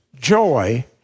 joy